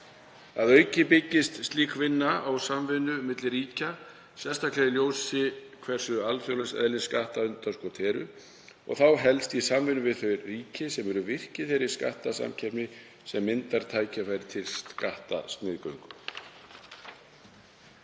Að auki byggist slík vinna á samvinnu milli ríkja, sérstaklega í ljósi þess hversu alþjóðlegs eðlis skattundanskot eru, og þá helst í samvinnu við þau ríki sem eru virk í þeirri skattasamkeppni sem myndar tækifæri til skattsniðgöngu.